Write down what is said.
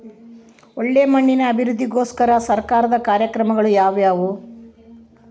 ಒಳ್ಳೆ ಮಣ್ಣಿನ ಅಭಿವೃದ್ಧಿಗೋಸ್ಕರ ಸರ್ಕಾರದ ಕಾರ್ಯಕ್ರಮಗಳು ಯಾವುವು?